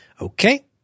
Okay